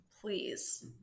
please